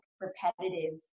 repetitive